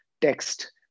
text